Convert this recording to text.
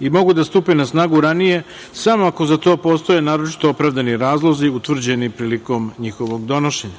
i mogu da stupe na snagu ranije samo ako za to postoje naročito opravdani razlozi utvrđeni prilikom njihovog donošenja.